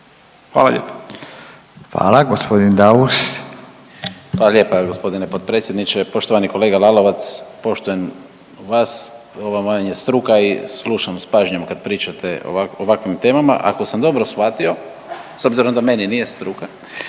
Daus. **Daus, Emil (IDS)** Hvala lijepa g. potpredsjedniče. Poštovani kolega Lalovac, poštujem vas, ovo vam je struka i slušam s pažnjom kad pričate o ovakvim temama. Ako sam dobro shvatio s obzirom da meni nije struka,